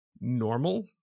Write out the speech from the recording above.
normal